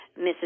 Mrs